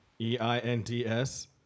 E-I-N-D-S